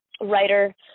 writer